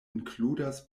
inkludas